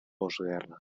postguerra